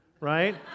right